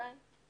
תודה גברתי.